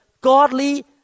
godly